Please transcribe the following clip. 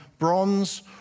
bronze